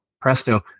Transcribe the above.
presto